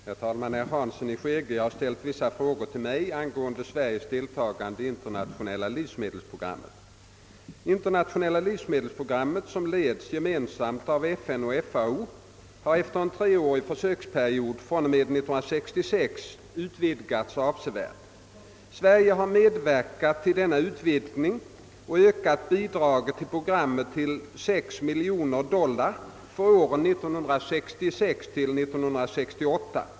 Herr talman! Herr Hansson i Skegrie har ställt vissa frågor till mig angående Sveriges deltagande i Internationella livsmedelsprogrammet. Internationella <livsmedelsprogrammet, som leds gemensamt av FN och FAO, har efter en treårig försöksperiod fr.o.m. år 1966 utvidgats avsevärt. Sverige har medverkat till denna utvidgning och ökat bidraget till programmet till 6 miljoner dollar för åren 1966 —1968.